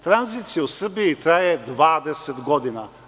Tranzicija u Srbiji traje 20 godina.